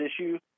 issue